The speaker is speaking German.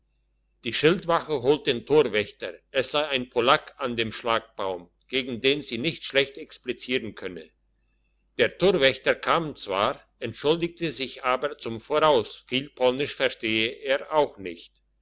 die schildwache holt den torwächter es sei ein polack an dem schlagbaum gegen den sie sich schlecht explizieren könne der torwächter kam zwar entschuldigte sich aber zum voraus viel polnisch verstehe er auch nicht